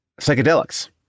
psychedelics